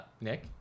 Nick